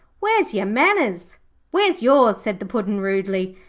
where's your manners where's yours said the puddin' rudely,